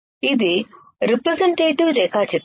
ఇది రిప్రెసెంటేటివ్ రేఖాచిత్రం